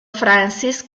francis